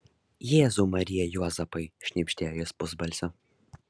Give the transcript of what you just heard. jėzau marija juozapai šnibždėjo jis pusbalsiu